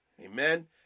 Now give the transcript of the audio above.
amen